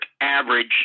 average